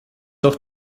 doch